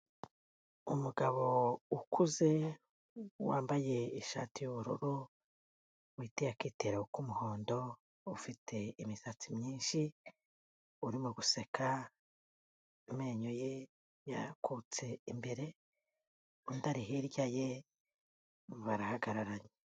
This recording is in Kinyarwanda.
Umugabo ukuze wambaye ishati y'ubururu, witeye akitero k'umuhondo, ufite imisatsi myinshi urimo guseka, amenyo ye yarakutse imbere, undi ari hirya ye barahagararanye.